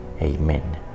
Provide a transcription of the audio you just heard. amen